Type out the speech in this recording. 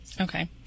Okay